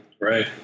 Right